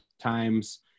times